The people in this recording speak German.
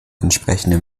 entsprechende